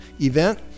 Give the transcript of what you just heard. event